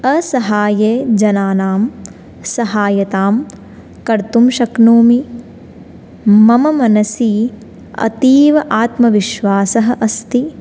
असहाये जनानां सहायतां कर्तुं शक्नोमि मम मनसि अतीव आत्मविश्वासः अस्ति